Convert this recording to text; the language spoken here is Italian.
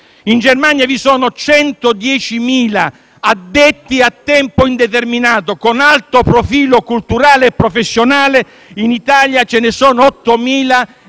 In Germania vi sono 110.000 addetti a tempo indeterminato con alto profilo culturale e professionale; in Italia ce ne sono 8.000,